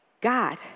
God